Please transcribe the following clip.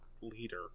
leader